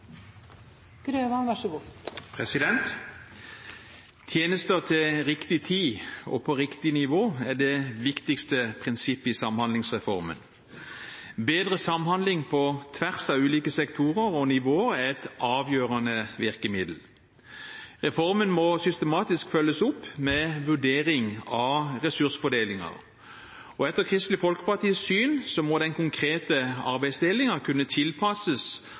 det viktigste prinsippet i samhandlingsreformen. Bedre samhandling på tvers av ulike sektorer og nivåer er et avgjørende virkemiddel. Reformen må systematisk følges opp med vurdering av ressursfordelinger. Etter Kristelig Folkepartis syn må den konkrete arbeidsdelingen kunne tilpasses